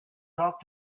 talk